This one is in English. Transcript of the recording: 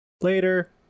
Later